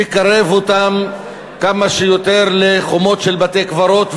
לקרב אותם כמה שיותר לחומות של בתי-קברות,